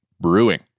Brewing